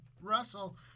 Russell